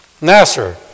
Nasser